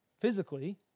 physically